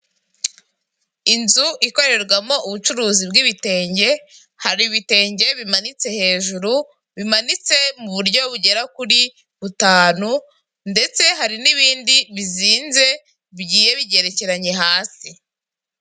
Inzu ikorerwamo ubucuruzi bw'ibitenge hari ibitenge bimanitse hejuru, bimanitse mu buryo bugera kuri butanu ndetse hari n'ibindi bizinze bigiye bigerekeranye hasi.